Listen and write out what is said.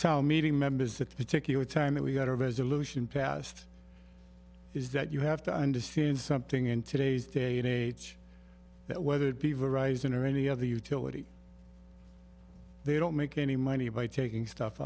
town meeting members that particular time that we got a resolution passed is that you have to understand something in today's day and age that whether people are rising or any other utility they don't make any money by taking stuff